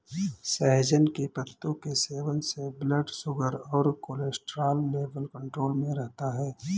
सहजन के पत्तों के सेवन से ब्लड शुगर और कोलेस्ट्रॉल लेवल कंट्रोल में रहता है